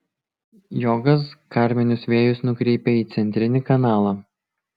jogas karminius vėjus nukreipia į centrinį kanalą